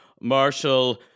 Marshall